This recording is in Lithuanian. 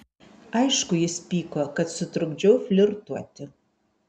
aišku jis pyko kad sutrukdžiau flirtuoti